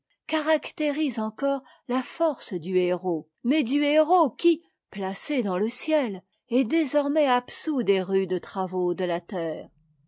caractérise encore la force du héros mais du héros qui placé dans le ciel est désormais absous des rudes travaux de la terre